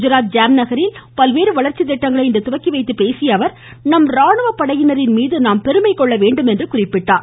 குஜராத் ஜாம்நகரில் பல்வேறு வளர்ச்சி திட்டங்களை இன்று துவக்கிவைத்துப் பேசியஅவர் நம் ராணுவ படையினரின்மீது நாம் பெருமைகொள்ள வேண்டுமென்று குறிப்பிட்டார்